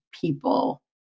people